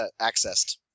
accessed